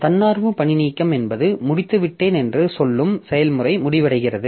தன்னார்வ பணிநீக்கம் என்பது முடிந்துவிட்டேன் என்று சொல்லும் செயல்முறை முடிவடைகிறது